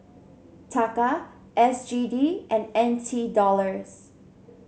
Taka S G D and N T Dollars